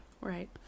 Right